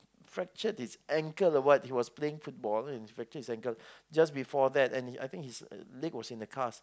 fractured his ankle or what he was playing football and fractured his ankle just before that and he I think his leg was in a cast